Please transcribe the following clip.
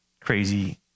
crazy